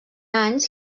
anys